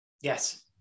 Yes